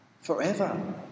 Forever